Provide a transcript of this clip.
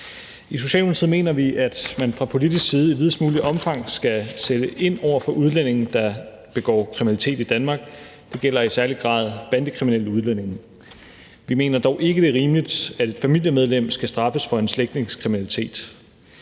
I Socialdemokratiet mener vi, at man fra politisk side i videst muligt omfang skal sætte ind over for udlændinge, der begår kriminalitet i Danmark, og det gælder i særlig grad bandekriminelle udlændinge. Vi mener dog ikke, det er rimeligt, at et familiemedlem skal straffes for en slægtnings kriminalitet,